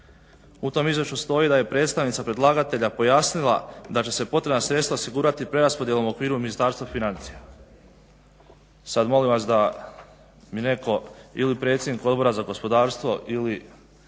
u tom izvješću stoji da je predstavnica predlagatelja pojasnila da će se potrebna sredstva osigurati preraspodjelom u okviru Ministarstva financija. Sad molim vas da mi netko, ili predsjednik Odbora za gospodarstvo ili